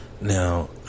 Now